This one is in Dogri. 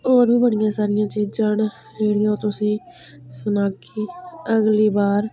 होर बी बड़ी सारियां चीजां न जेह्ड़ियां तुसेंई सनाह्गी अगली बार